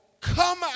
come